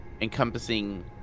encompassing